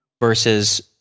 versus